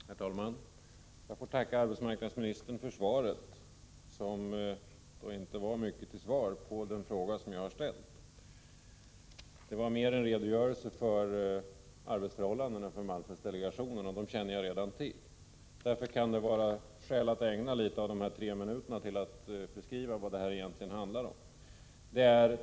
Herr talman! Jag får tacka arbetsmarknadsministern för svaret. Det var dock inte mycket till svar på den fråga som jag har ställt utan mera en redogörelse för malmfältsdelegationens arbetsförhållanden, och dem känner jag redan till. Därför kan det vara skäl att ägna en del av den tid om tre minuter som jag har för mitt anförande åt en beskrivning av vad frågan egentligen handlar om.